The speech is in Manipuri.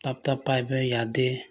ꯇꯥꯞ ꯇꯥꯞ ꯄꯥꯏꯕ ꯌꯥꯗꯦ